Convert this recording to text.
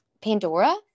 Pandora